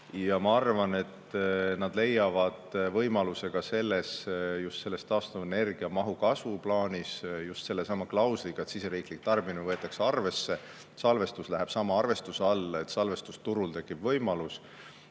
Ja ma arvan, et nad leiavad võimaluse ka just selles taastuvenergia mahu kasvu plaanis, just sellesama klausliga, et siseriiklik tarbimine võetakse arvesse, salvestus läheb sama arvestuse alla, salvestusturul tekib võimalus.